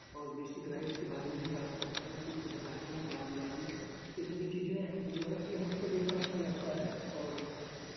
और basic rights के बारे में भी बात करते हैं हर चीज़ को बताते हैं वाद विवाद में ये सभी चीज़ें जो है कि हमको देखना अच्छा लगता है और